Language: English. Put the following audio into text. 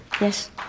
yes